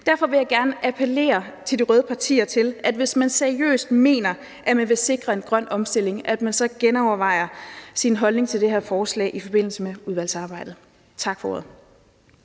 Derfor vil jeg gerne appellere til de røde partier om, at man – hvis man seriøst mener, at man vil sikre en grøn omstilling – genovervejer sin holdning til det her forslag i forbindelse med udvalgsarbejdet. Tak for ordet.